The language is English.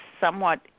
somewhat